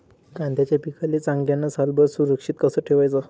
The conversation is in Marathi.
कांद्याच्या पिकाले चांगल्यानं सालभर सुरक्षित कस ठेवाचं?